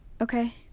Okay